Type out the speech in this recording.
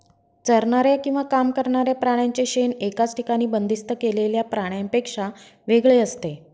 चरणाऱ्या किंवा काम करणाऱ्या प्राण्यांचे शेण एकाच ठिकाणी बंदिस्त केलेल्या प्राण्यांपेक्षा वेगळे असते